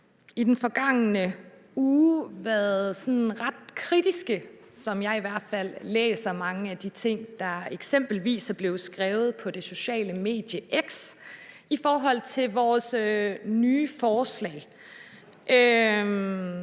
i den forgangne uge været sådan ret kritiske, som jeg i hvert fald læser mange af de ting, der eksempelvis er blevet skrevet på det sociale medie X, i forhold til vores nye forslag.